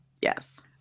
Yes